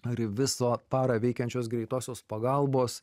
ar visą parą veikiančios greitosios pagalbos